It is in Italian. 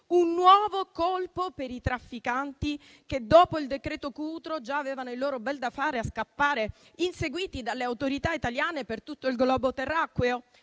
Un nuovo colpo per i trafficanti che, dopo il decreto Cutro, già avevano il loro bel da fare a scappare inseguiti dalle autorità italiane per tutto il globo terracqueo?